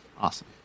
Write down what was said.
awesome